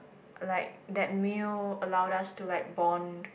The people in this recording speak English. like that meal allowed us to like bond